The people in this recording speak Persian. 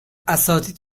اساتید